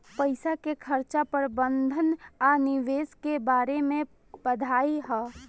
पईसा के खर्चा प्रबंधन आ निवेश के बारे में पढ़ाई ह